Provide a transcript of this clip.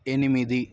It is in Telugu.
ఎనిమిది